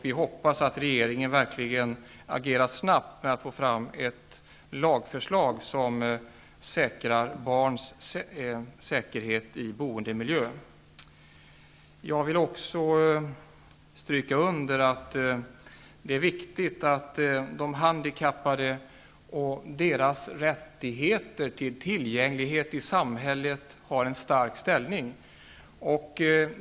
Vi hoppas att regeringen verkligen agerar snabbt när det gäller att få fram ett lagförslag som säkrar barns säkerhet i boendemiljöer. Jag vill också understryka att det är viktigt att de handikappade och deras rättighet till tillgänglighet i samhället har en stark ställning.